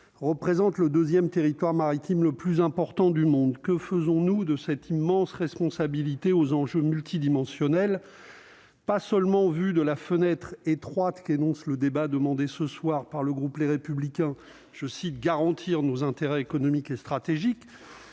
représente le 2ème territoire maritime le plus important du monde, que faisons-nous de cette immense responsabilité aux enjeux multidimensionnel, pas seulement au vu de la fenêtre étroite qu'énonce le débat demandé ce soir par le groupe Les Républicains, je cite : garantir nos intérêts économiques et stratégiques